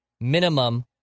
minimum